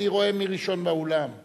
אני רואה מי ראשון באולם.